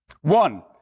One